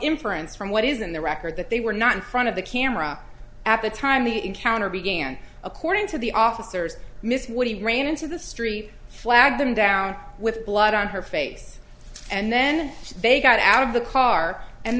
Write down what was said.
inference from what is in the record that they were not in front of the camera at the time the encounter began according to the officers miss what he ran into the street flagged them down with blood on her face and then they got out of the car and